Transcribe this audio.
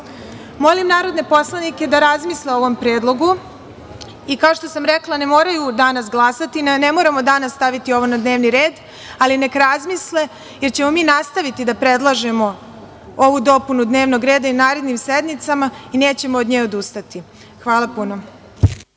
nas. Molim narodne poslanike da razmisle o ovom predlogu. Kao što sam rekla, ne moraju danas glasati, ne moramo danas staviti ovo na dnevni red, ali neka razmisle jer ćemo mi nastaviti da predlažemo ovu dopunu dnevnog reda i na narednim sednicama i nećemo od nje odustati. Hvala puno.